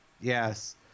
Yes